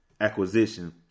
acquisition